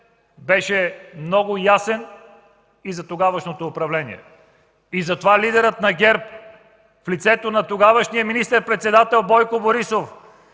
беше много ясен и за тогавашното управление. Затова лидерът на ГЕРБ в лицето на тогавашния министър председател Бойко Борисов